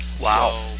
Wow